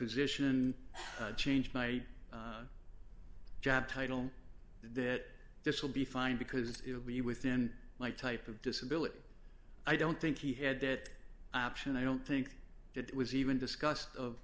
position change my job title that this will be fine because it will be within my type of disability i don't think he had that option i don't think it was even discussed of